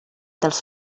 dels